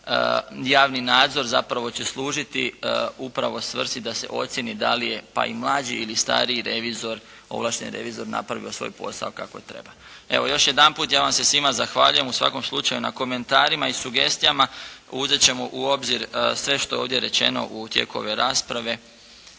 za javni nadzor zapravo će služiti upravo svrsi da se ocijeni da li je, pa i mlađi ili stariji revizor, ovlašteni revizor napravio svoj posao kako treba. Evo još jedanput ja vam se svima zahvaljujem u svakom slučaju na komentarima i sugestijama. Uzeti ćemo u obzir sve što je ovdje rečeno u tijeku ove rasprave.